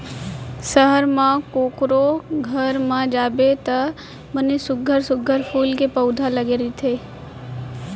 सहर म कोकरो घर म जाबे त बने सुग्घर सुघ्घर फूल के पउधा लगे रथे